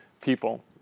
people